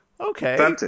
okay